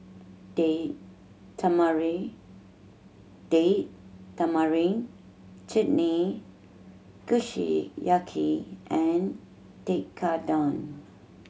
Date Tamarind Date Tamarind Chutney Kushiyaki and Tekkadon